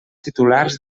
titulars